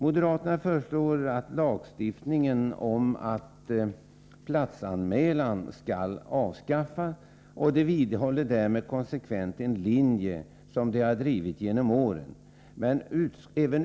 Moderaterna föreslår att lagstiftningen om platsanmälan skall avskaffas, och de vidhåller därmed konsekvent en linje som de har drivit genom åren.